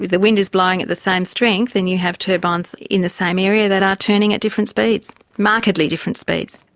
the wind is blowing at the same strength and you have turbines in the same area that are turning at different speeds, markedly different speeds.